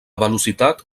velocitat